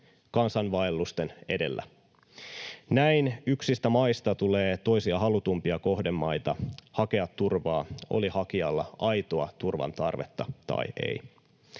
kansainvaellusten edellä. Näin yksistä maista tulee toisia halutumpia kohdemaita hakea turvaa, oli hakijalla aitoa turvan tarvetta tai ei.